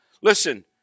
Listen